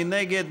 מי נגד?